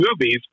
movies